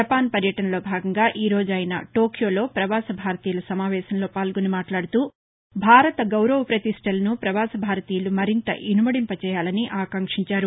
Japan పర్యటనలో భాగంగా ఈరోజు ఆయన టోక్యోలో ప్రవాస భారతీయుల సమావేశంలో పాల్గొని మాట్లాడుతూ భారత గౌరవ ప్రతిష్టలను ప్రవాస భారతీయులు మరింత ఇనుమడింప చేయాలని ఆకాంక్షించారు